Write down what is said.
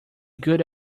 good